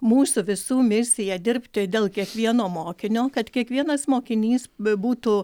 mūsų visų misija dirbti dėl kiekvieno mokinio kad kiekvienas mokinys bebūtų